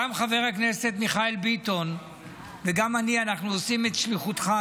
גם חבר הכנסת מיכאל ביטון וגם אני עושים את שליחותך,